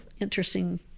interesting